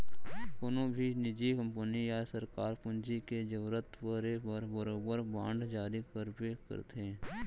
कोनों भी निजी कंपनी या सरकार पूंजी के जरूरत परे म बरोबर बांड जारी करबे करथे